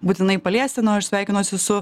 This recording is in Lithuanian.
būtinai paliesti na o aš sveikinuosi su